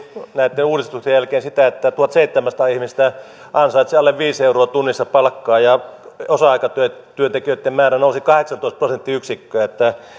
näitten uudistusten jälkeen sitä että miljoonaseitsemänsataatuhatta ihmistä ansaitsee alle viisi euroa tunnissa palkkaa ja osa aikatyöntekijöitten määrä nousi kahdeksantoista prosenttiyksikköä